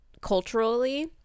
culturally